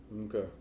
Okay